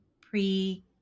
pre